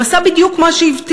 הוא עשה בדיוק מה שהבטיח.